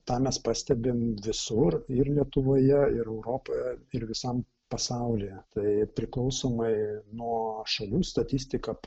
tą mes pastebim visur ir lietuvoje ir europoje ir visam pasaulyje tai priklausomai nuo šalių statistika